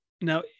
now